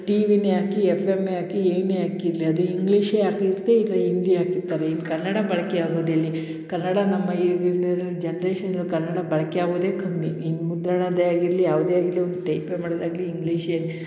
tea ವಿನೇ ಹಾಕಿ F ಎಮ್ಮೆ ಹಾಕಿ ಏನೇ ಹಾಕಿರ್ಲಿ ಅದು ಇಂಗ್ಲೀಷೇ ಹಾಕಿರ್ತೆ ಇಲ್ಲ ಹಿಂದಿ ಹಾಕಿರ್ತಾರೆ ಇನ್ನು ಕನ್ನಡ ಬಳಕೆ ಆಗೋದೆಲ್ಲಿ ಕನ್ನಡ ನಮ್ಮ ಈಗಿನ ಜನ್ರೇಷನು ಕನ್ನಡ ಬಳಕೆ ಆಗೋದೆ ಕಮ್ಮಿ ಇನ್ನು ಮುದ್ರಣದ್ದೇ ಆಗಿರಲಿ ಯಾವುದೇ ಆಗಿರಲಿ ಒಂದು ಟೈಪೇ ಮಾಡೋದಾಗಲಿ ಇಂಗ್ಲೀಷೇ